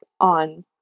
on